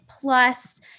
plus